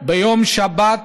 ביום שבת,